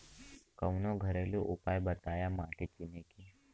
कवनो घरेलू उपाय बताया माटी चिन्हे के?